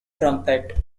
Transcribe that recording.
trumpet